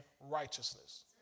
righteousness